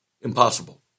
Impossible